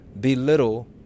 belittle